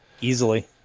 Easily